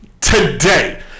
today